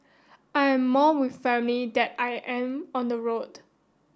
I am more with family than I am on the road